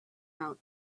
out